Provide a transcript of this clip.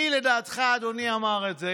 מי לדעתך, אדוני, אמר את זה?